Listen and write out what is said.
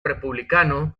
republicano